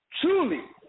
truly